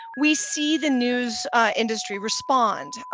we see the news industry respond.